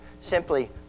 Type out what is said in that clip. simply